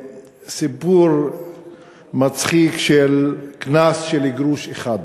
לסיפור מצחיק של קנס של גרוש אחד.